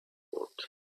world